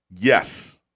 Yes